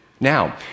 Now